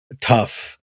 tough